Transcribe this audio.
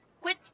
Quit